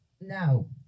no